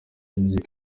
yagiye